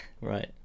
Right